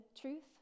truth